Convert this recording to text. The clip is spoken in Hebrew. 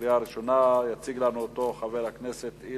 עברה בקריאה ראשונה ותועבר לוועדת החוקה,